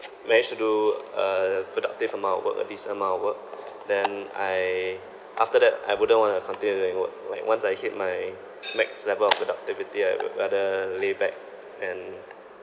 managed to do a productive amount of work a decent amount of work then I after that I wouldn't want to continue doing work like once I hit my max level of productivity I would rather lay back and